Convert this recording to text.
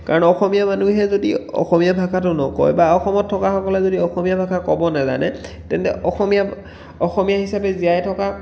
কাৰণ অসমীয়া মানুহে যদি অসমীয়া ভাষাটো নকয় বা অসমত থকাসকলে যদি অসমীয়া কথা ক'ব নাজানে তেন্তে অসমীয়া অসমীয়া হিচাপে জীয়াই থকা